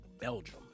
Belgium